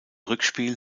rückspiel